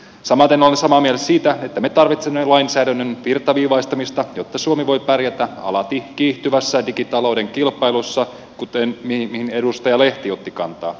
samaten olen samaa mieltä siitä että me tarvitsemme lainsäädännön virtaviivaistamista jotta suomi voi pärjätä alati kiihtyvässä digitalouden kilpailussa mihin edustaja lehti otti kantaa